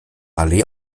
allee